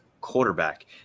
quarterback